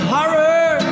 horror